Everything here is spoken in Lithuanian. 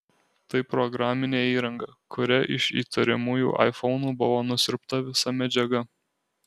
tai programinė įranga kuria iš įtariamųjų aifonų buvo nusiurbta visa medžiaga